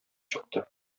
чыкты